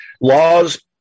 laws